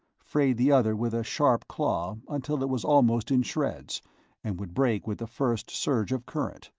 frayed the other with a sharp claw until it was almost in shreds and would break with the first surge of current,